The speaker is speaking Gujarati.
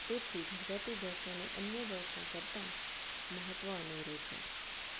તેથી ગુજરાતી ભાષા કરતાં મહત્ત્વ અનેરું છે